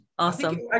Awesome